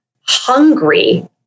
hungry